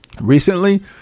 recently